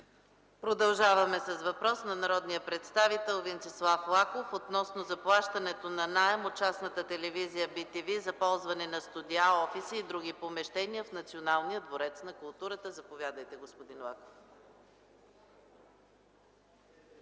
Продължаваме с въпрос на народния представител Венцислав Лаков относно заплащането на наем от частната телевизия bTV за ползване на студия, офиси и други помещения в Националния дворец на културата. Заповядайте, господин Лаков.